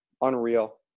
Unreal